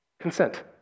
Consent